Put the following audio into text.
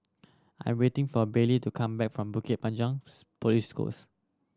I am waiting for Baylie to come back from Bukit Panjang Police Post